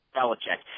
Belichick